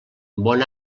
bon